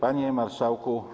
Panie Marszałku!